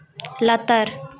ᱞᱟᱛᱟᱨ